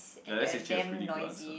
ya that's actually a pretty good answer